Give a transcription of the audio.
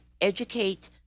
educate